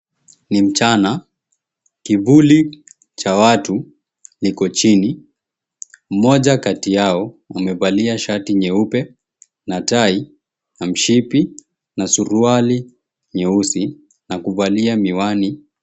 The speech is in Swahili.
Ni mchana. Kivuli cha watu niko chini. Mmoja kati yao amevalia shati nyeupe, na tai, na mshipi, na suruali nyeusi, na kuvalia miwani.